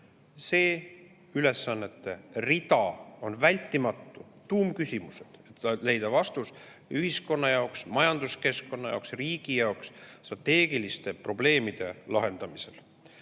See ülesannete rida on vältimatu, need on tuumküsimused, et leida vastus ühiskonna jaoks, majanduskeskkonna jaoks, riigi jaoks strateegiliste probleemide lahendamisel.